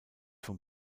vom